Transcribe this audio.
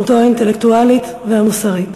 האינטלקטואלית והמוסרית.